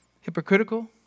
hypocritical